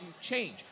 change